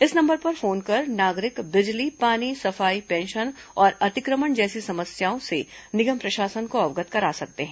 इस नंबर पर फोन कर नागरिक बिजली पानी सफाई पेंशन और अतिक्रमण जैसी समस्याओं से निगम प्रशासन को अवगत करा सकते हैं